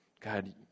God